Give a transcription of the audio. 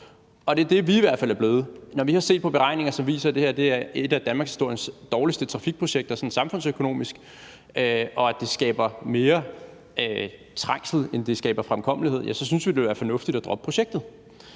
og det er det, vi i hvert fald er blevet. Når vi ser på beregningerne, viser det sig, at det her sådan samfundsøkonomisk er et af danmarkshistoriens dårligste trafikprojekter, og at det skaber mere trængsel, end det skaber fremkommelighed, og derfor synes vi, at det vil være fornuftigt at droppe projektet.